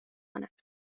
کند